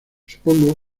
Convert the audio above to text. supongo